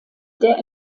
der